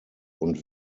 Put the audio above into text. und